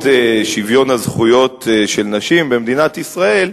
שוויון הזכויות של נשים במדינת ישראל,